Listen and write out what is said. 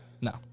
No